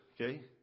okay